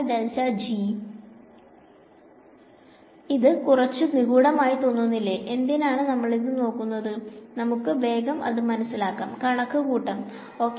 ഇറ്ഗ് കുറച്ചു നിഗൂഢമായി തോന്നുന്നില്ലേ എന്തിനാണ് നമ്മളിത് ചെയ്യുന്നത് നമുക്ക് വേഗം അത് മനസിലാക്കാം കണക്ക് കൂട്ടം ഓക്കേ